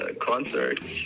concerts